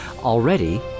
already